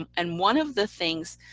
um and one of the things